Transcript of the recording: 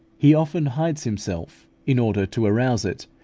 he often hides himself in order to arouse it,